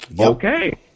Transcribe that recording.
okay